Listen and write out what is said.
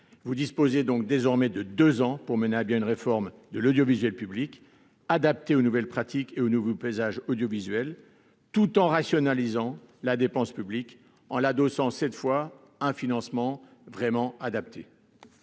dispose donc de deux ans pour mener à bien une réforme de l'audiovisuel public adaptée aux nouvelles pratiques et au nouveau paysage audiovisuels, tout en rationalisant la dépense publique, donc en l'adossant cette fois à un financement adapté.